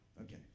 Okay